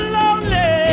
lonely